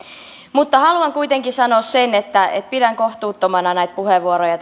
mutta haluan kuitenkin sanoa sen että että pidän kohtuuttomina näitä puheenvuoroja